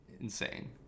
insane